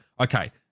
okay